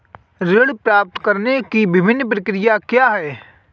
ऋण प्राप्त करने की विभिन्न प्रक्रिया क्या हैं?